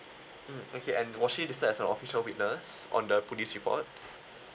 mm okay and was she listed as a official witness on the police report